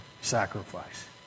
sacrifice